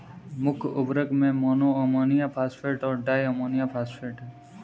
मुख्य उर्वरक में मोनो अमोनियम फॉस्फेट और डाई अमोनियम फॉस्फेट हैं